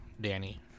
Danny